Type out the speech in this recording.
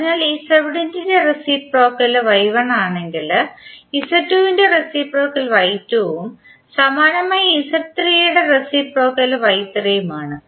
അതിനാൽ Z1 ന്റെ reciprocal Y1 ആണെങ്കിൽ Z2 ന്റെ റേസിപ്രോക്കൽ Y2 ഉം സമാനമായി Z3 ന്റെ റേസിപ്രോക്കൽ Y3 ഉം ആണ്